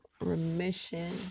remission